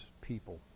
people